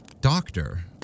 Doctor